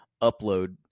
upload